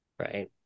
Right